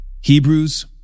Hebrews